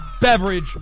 beverage